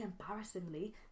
embarrassingly